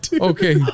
Okay